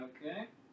Okay